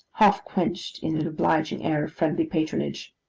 half quenched in an obliging air of friendly patronage,